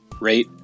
rate